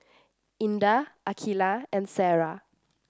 Indah Aqilah and Sarah